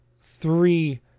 three